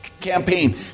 campaign